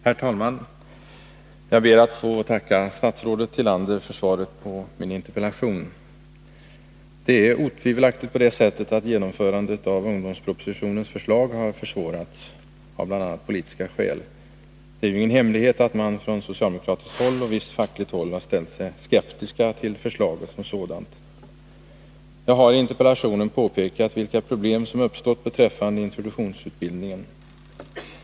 Herr talman! Jag ber att få tacka statsrådet Tillander för svaret på min interpellation. Det är otvivelaktigt på det sättet att genomförandet av ungdomspropositionens förslag har försvårats av bl.a. politiska skäl. Det är ju ingen hemlighet att man från socialdemokratiskt håll och visst fackligt håll har ställt sig skeptisk till förslaget som sådant. Jag har i interpellationen påpekat vilka problem som uppstått beträffande introduktionsutbildningen.